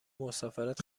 مسافرت